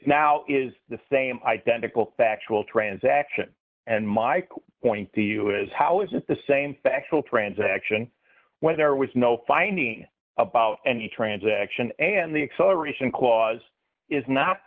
now is the same identical factual transaction and my point the us how is it the same factual transaction where there was no finding about any transaction and the acceleration clause is not